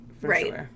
Right